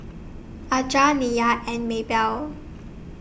Aja Nyah and Mabell